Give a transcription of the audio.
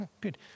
good